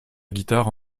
guitare